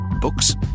Books